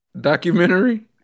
documentary